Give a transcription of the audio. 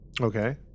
Okay